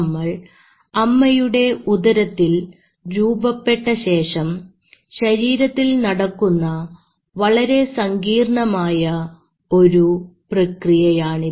നമ്മൾ അമ്മയുടെ ഉദരത്തിൽ രൂപപ്പെട്ട ശേഷം ശരീരത്തിൽ നടക്കുന്ന വളരെ സങ്കീർണ്ണമായ ഒരു പ്രക്രിയയാണിത്